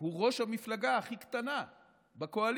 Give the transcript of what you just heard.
הוא ראש המפלגה הכי קטנה בקואליציה,